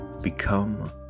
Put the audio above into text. become